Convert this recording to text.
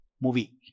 movie